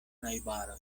najbaroj